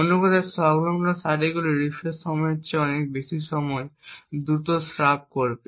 অন্য কথায় সংলগ্ন সারিগুলি রিফ্রেশ সময়ের চেয়ে অনেক বেশি দ্রুত স্রাব করবে